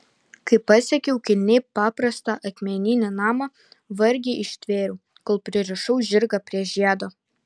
kai pasiekiau kilniai paprastą akmeninį namą vargiai ištvėriau kol pririšau žirgą prie žiedo